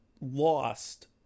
lost